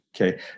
okay